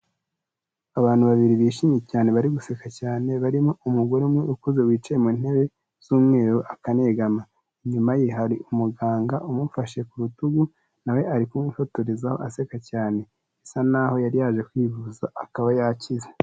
Abantu babiri bishimye cyane bari guseka cyane barimo umugore umwe ukuze wicaye mu ntebe z'umweru akanegama inyuma ye hari umuganga umufashe ku rutugu na we ari kumwifotorezaho aseka cyane, bisa n'aho yari yaje kwivuza akaba yakize.